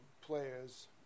players